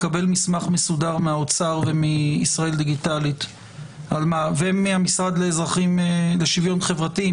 לקבל מסמך מסודר מהאוצר ומישראל דיגיטלית ומהמשרד לשוויון חברתי,